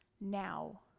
now